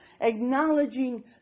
Acknowledging